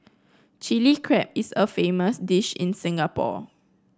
Chilli Crab is a famous dish in Singapore